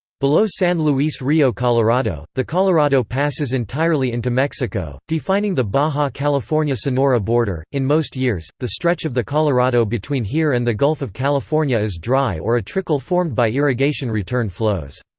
below san luis rio colorado, the colorado passes entirely into mexico, defining the baja california-sonora border in most years, the stretch of the colorado between here and the gulf of california is dry or a trickle formed by irrigation return flows.